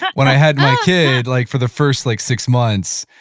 when i had my kid, like for the first like six months,